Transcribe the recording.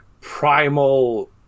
primal